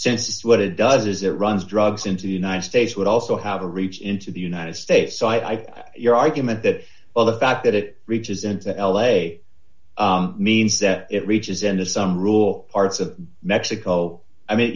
it's what it does is it runs drugs into the united states would also have to reach into the united states so i think your argument that well the fact that it reaches into l a means that it reaches into some rule parts of mexico i mean